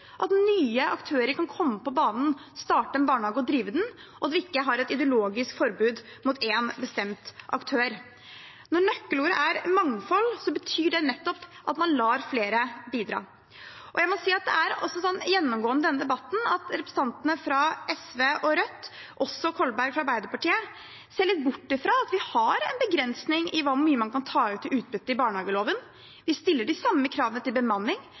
at nye aktører kan komme på banen, starte en barnehage og drive den, at vi ikke har et ideologisk forbud mot én bestemt aktør. Når nøkkelordet er mangfold, betyr det nettopp at man lar flere bidra. Jeg må også si at det er gjennomgående i denne debatten at representantene fra SV og Rødt, og også representanten Kolberg fra Arbeiderpartiet, ser bort fra at vi har en begrensning i hvor mye man kan ut i utbytte, i barnehageloven. Vi stiller de samme kravene til bemanning,